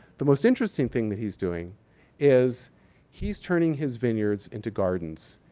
the most interesting thing that he's doing is he's turning his vineyards into gardens.